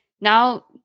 now